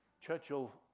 Churchill